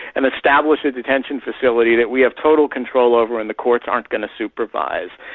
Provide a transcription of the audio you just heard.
and establish a detention facility that we have total control over and the courts aren't going to supervise.